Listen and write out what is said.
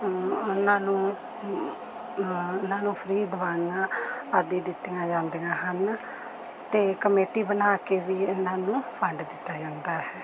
ਉਨ੍ਹਾਂ ਨੂੰ ਉਨ੍ਹਾਂ ਨੂੰ ਫ੍ਰੀ ਦਵਾਈਆਂ ਆਦੀ ਦਿੱਤੀਆਂ ਜਾਂਦੀਆਂ ਹਨ ਤੇ ਕਮੇਟੀ ਬਣਾ ਕੇ ਵੀ ਉਨ੍ਹਾਂ ਨੂੰ ਫੰਡ ਦਿੱਤਾ ਜਾਂਦਾ ਹੈ